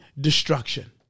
destruction